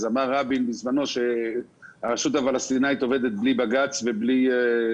אמר רבין שהרשות הפלסטינית עובדת בלי בג"ץ ובלי,